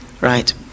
right